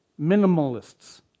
minimalists